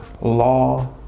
law